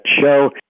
show